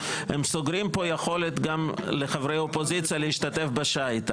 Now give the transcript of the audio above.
הם סוגרים פה יכולת גם לחברי אופוזיציה להשתתף בשיט,